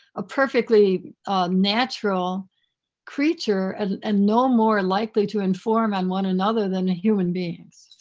a perfectly natural creature and ah no more likely to inform on one another than human beings.